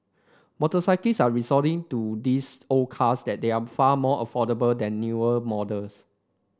are resorting to these old cars that they are far more affordable than newer models